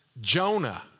Jonah